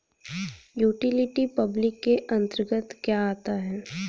Utility public के अंतर्गत क्या आता है?